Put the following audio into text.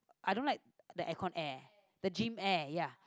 I don't like the aircon air the gym air ya